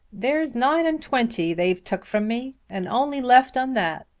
there's nine and twenty they've tuk from me, and only left un that.